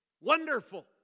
Wonderful